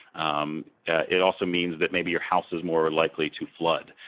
um it also means that maybe your house is more likely to flood.